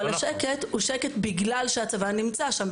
אבל השקט הוא שקט בגלל שהצבא נמצא שם,